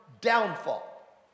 downfall